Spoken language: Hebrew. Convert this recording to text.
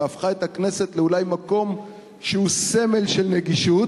והפכה את הכנסת למקום שהוא סמל של נגישות.